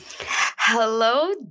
hello